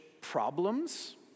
problems